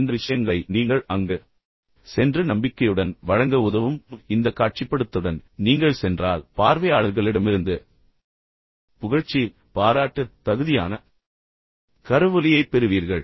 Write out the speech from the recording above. எனவே இந்த விஷயங்களை நீங்கள் உண்மையில் அங்கு சென்று நம்பிக்கையுடன் வழங்க உதவும் மேலும் இந்த காட்சிப்படுத்தலுடன் நீங்கள் சென்றால் பார்வையாளர்களிடமிருந்து புகழ்ச்சி பாராட்டு தகுதியான கரவொலியை பெறுவீர்கள்